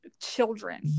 children